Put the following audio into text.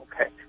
Okay